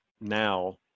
now